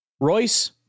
Royce